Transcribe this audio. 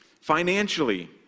Financially